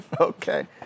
okay